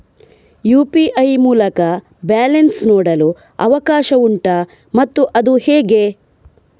UPI ಮೂಲಕ balance ನೋಡಲು ಅವಕಾಶ ಉಂಟಾ ಮತ್ತು ಅದು ಹೇಗೆ?